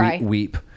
weep